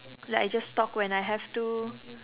like I just talk when I have to